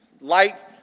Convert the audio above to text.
Light